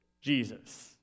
Jesus